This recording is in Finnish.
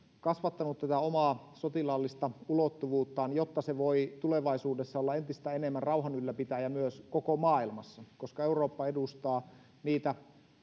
kasvattanut tätä omaa sotilaallista ulottuvuuttaan jotta se voi tulevaisuudessa olla entistä enemmän rauhan ylläpitäjä myös koko maailmassa koska eurooppa edustaa niitä